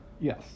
yes